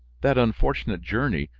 that unfortunate journey,